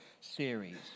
series